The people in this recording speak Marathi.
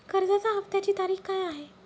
कर्जाचा हफ्त्याची तारीख काय आहे?